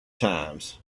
times